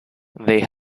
they